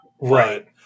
Right